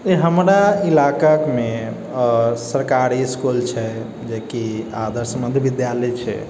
हमरा इलाकामे सरकारी इसकुल छै जेकि आदर्श मध्य विद्यालय छै